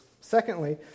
Secondly